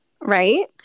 Right